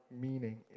meaning